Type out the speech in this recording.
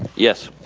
yes.